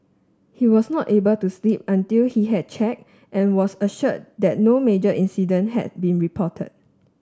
he was not able to sleep until he had check and was assured that no major incident had been reported